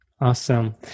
Awesome